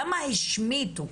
למה השמיטו?